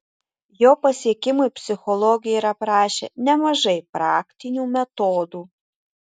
jo pasiekimui psichologai yra aprašę nemažai praktinių metodų